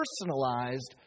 personalized